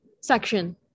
section